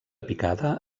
picada